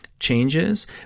changes